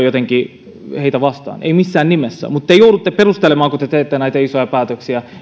jotenkin suomalaisia maanviljelijöitä vastaan emme missään nimessä ole mutta te joudutte perustelemaan kun te teette näitä isoja päätöksiä